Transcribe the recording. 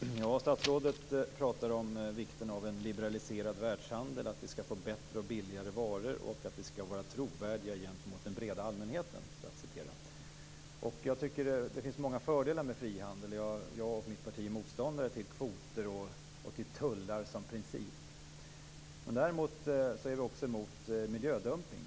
Herr talman! Statsrådet pratar om vikten av en liberaliserad världshandel, om att vi skall få bättre och billigare varor och om att vi skall vara trovärdiga gentemot den breda allmänheten. Jag tycker att det finns många fördelar med frihandel. Jag och mitt parti är motståndare till kvoter och till tullar som princip. Däremot är vi emot miljödumpning.